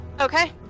Okay